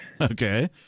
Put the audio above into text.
Okay